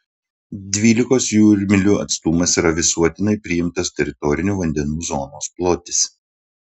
dvylikos jūrmylių atstumas yra visuotinai priimtas teritorinių vandenų zonos plotis